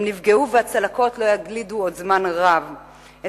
הם נפגעו, והצלקות לא יגלידו זמן רב מאוד.